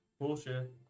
Bullshit